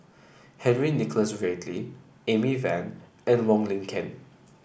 Henry Nicholas Ridley Amy Van and Wong Lin Ken